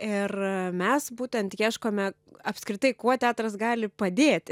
ir mes būtent ieškome apskritai kuo teatras gali padėti